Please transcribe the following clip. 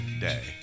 day